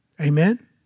Amen